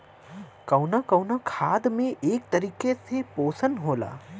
कउनो कउनो खाद में एक तरीके के पोशन होला